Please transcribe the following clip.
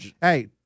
hey